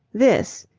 this.